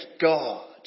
God